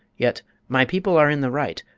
yet my people are in the right,